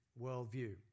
worldview